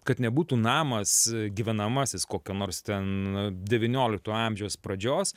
kad nebūtų namas gyvenamasis kokio nors ten devyniolikto amžiaus pradžios